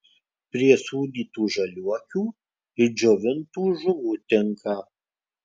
prie sūdytų žaliuokių ir džiovintų žuvų tinka